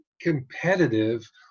competitive